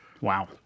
Wow